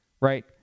right